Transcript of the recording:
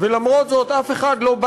וכמו שהמדינה שלחה אנשים להתיישב במושבים,